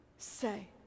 Say